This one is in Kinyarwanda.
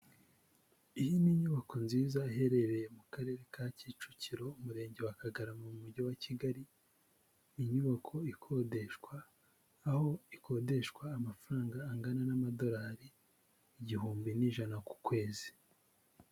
Iyi ni inyubako nziza iherereye mu Karere ka Kicukiro, Umurenge wa Kagarama, mu Mujyi wa Kigali, inyubako ikodeshwa, aho ikodeshwa amafaranga angana n'amadolari igihumbi n'ijana ku kwezi.